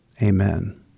Amen